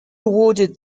awarded